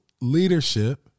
leadership